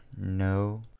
no